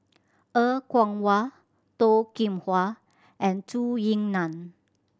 Er Kwong Wah Toh Kim Hwa and Zhou Ying Nan